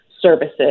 Services